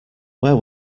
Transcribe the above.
where